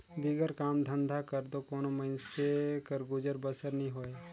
बिगर काम धंधा कर दो कोनो मइनसे कर गुजर बसर नी होए